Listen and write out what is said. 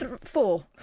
four